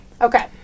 Okay